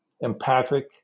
empathic